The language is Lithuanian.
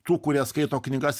tų kurie skaito knygas